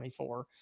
24